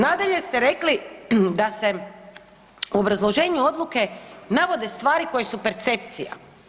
Nadalje ste rekli da se u obrazloženju odluke navode stvari koje su percepcija.